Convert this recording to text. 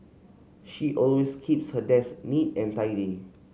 she always keeps her desk neat and tidy